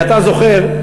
ואתה זוכר,